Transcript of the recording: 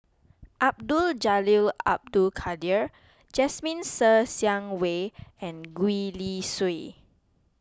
Abdul Jalil Abdul Kadir Jasmine Ser Xiang Wei and Gwee Li Sui